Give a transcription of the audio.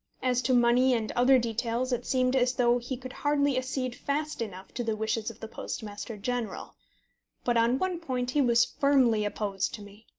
as to money and other details, it seemed as though he could hardly accede fast enough to the wishes of the postmaster-general but on one point he was firmly opposed to me.